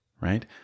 right